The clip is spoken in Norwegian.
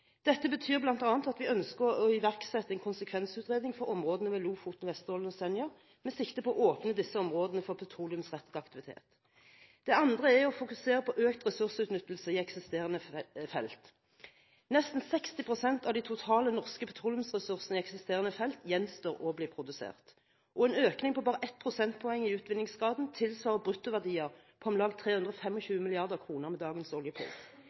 Dette betyr bl.a. at vi ønsker å iverksette en konsekvensutredning for områdene ved Lofoten, Vesterålen og Senja, med sikte på å åpne disse områdene for petroleumsrettet aktivitet. For det andre vil vi fokusere på økt ressursutnyttelse i eksisterende felt. Nesten 60 pst. av de totale norske petroleumsressursene i eksisterende felt gjenstår å bli produsert. En økning på bare 1 prosentpoeng i utvinningsgraden tilsvarer bruttoverdier på om lag 325 mrd. kr med dagens oljepris.